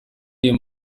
iyihe